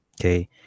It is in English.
Okay